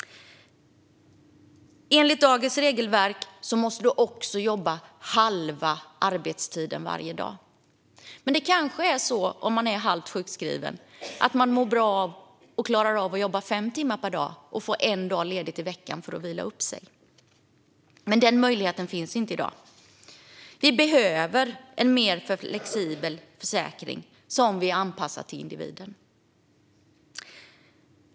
Enligt dagens regelverk måste man också vid halvtidssjukskrivning jobba halva arbetstiden varje dag. Men det kanske är så att man mår bra av och klarar av att jobba 5 timmar per dag och få en dag ledigt i veckan för att vila upp sig. Den möjligheten finns inte i dag. Vi behöver en mer flexibel försäkring som är anpassad till individen.